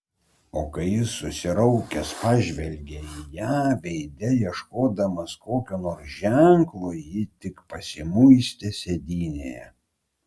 o kai jis susiraukęs pažvelgė į ją veide ieškodamas kokio nors ženklo ji tik pasimuistė sėdynėje